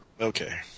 Okay